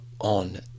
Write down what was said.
on